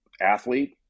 athlete